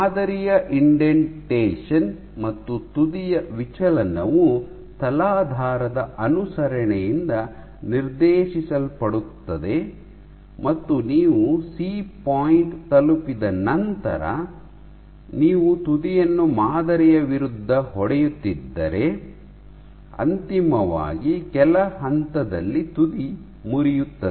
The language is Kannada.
ಮಾದರಿಯ ಇಂಡೆಂಟೇಶನ್ ಮತ್ತು ತುದಿಯ ವಿಚಲನವು ತಲಾಧಾರದ ಅನುಸರಣೆಯಿಂದ ನಿರ್ದೇಶಿಸಲ್ಪಡುತ್ತದೆ ಮತ್ತು ನೀವು ಸಿ ಪಾಯಿಂಟ್ ತಲುಪಿದ ನಂತರ ನೀವು ತುದಿಯನ್ನು ಮಾದರಿಯ ವಿರುದ್ಧ ಹೊಡೆಯುತ್ತಿದ್ದರೆ ಅಂತಿಮವಾಗಿ ಕೆಲ ಹಂತದಲ್ಲಿ ತುದಿ ಮುರಿಯುತ್ತದೆ